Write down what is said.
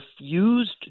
refused